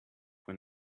when